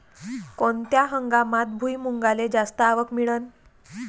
कोनत्या हंगामात भुईमुंगाले जास्त आवक मिळन?